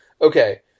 okay